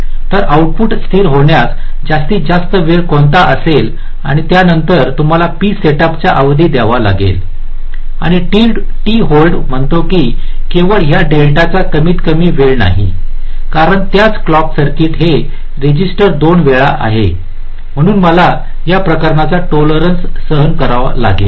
तर आउटपुट स्थिर होण्यास जास्तीत जास्त वेळ कोणता असेल आणि त्या नंतर तुम्हाला P सेटअपचा अवधी द्यावा लागेल आणि t होल्ड म्हणतो की केवळ या डेल्टाचा कमीत कमी वेळ नाही कारण त्याच क्लॉक सर्किट हे रजिस्टर 2 वेळा आहे म्हणून मला या प्रकारचा टोलरन्स सहन करावा लागेल